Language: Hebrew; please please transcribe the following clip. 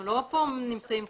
אנחנו לא נמצאים פה